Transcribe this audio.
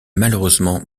malheureusement